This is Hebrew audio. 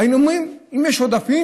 היינו אומרים: יש עודפים,